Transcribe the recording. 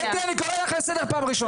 קטי, אני קורא לך לסדר פעם ראשונה.